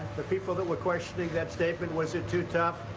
the people that were questioning that statement, was it too tough?